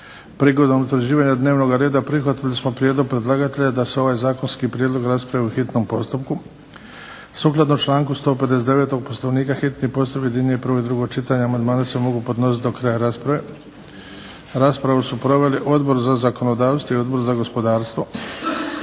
Prigodom utvrđivanja dnevnoga reda prihvatili smo prijedlog predlagatelja da se ovaj zakonski prijedlog raspravi u hitnom postupku. Sukladno članku 159. Poslovnika hitni postupak objedinjuje prvo i drugo čitanje. Amandmani se mogu podnositi do kraja rasprave. Raspravu su proveli Odbor za zakonodavstvo i Odbor za gospodarstvo.